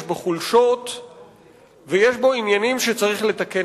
יש בו חולשות ויש בו עניינים שצריך לתקן.